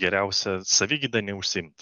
geriausia savigyda neužsiimt